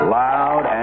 loud